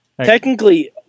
Technically